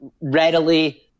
readily